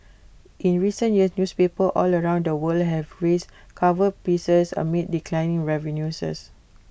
in recent years newspapers all around the world have raised cover prices amid declining revenues